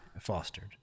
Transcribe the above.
fostered